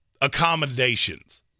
accommodations